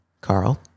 Carl